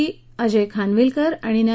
ए M Khanwilkar आणि न्या